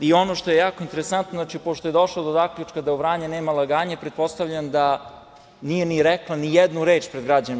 Ono što je jako interesantno, pošto je došla do zaključka da u „Vranje nema laganje“, pretpostavljam da nije rekla ni jednu reč pred građanima.